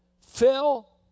Phil